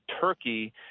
Turkey